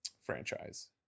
franchise